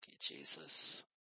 Jesus